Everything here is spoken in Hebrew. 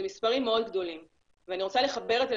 אלה מספרים מאוד גדולים ואני רוצה לחבר את זה